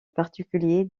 particuliers